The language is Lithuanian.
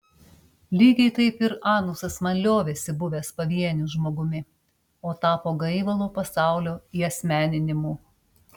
lygiai taip ir anusas man liovėsi buvęs pavieniu žmogumi o tapo gaivalo pasaulio įasmeninimu